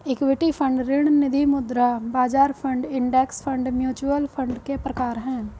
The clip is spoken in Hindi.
इक्विटी फंड ऋण निधिमुद्रा बाजार fund index fund mutual fund के प्रकार हैं